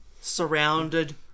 surrounded